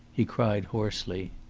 he cried hoarsely.